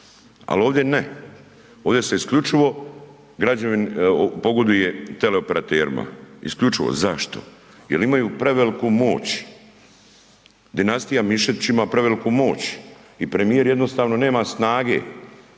al ovdje ne, ovdje se isključivo pogoduje tele operaterima, isključivo. Zašto? Jel imaju preveliku moć, dinastija Mišetić ima preveliku moć i premijer jednostavno nema snage